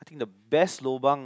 think the best lobang